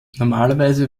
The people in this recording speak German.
normalerweise